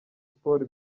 sport